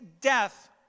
death